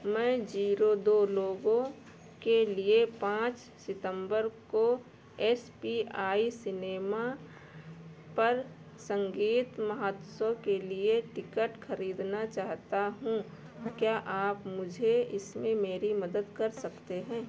मैं जीरो दो लोगों के लिए पाँच सितंबर को एस पी आई सिनेमा पर संगीत महोत्सव के लिए टिकट ख़रीदना चाहता हूँ क्या आप मुझे इसमें मेरी मदद कर सकते हैं